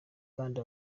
kandi